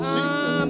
Jesus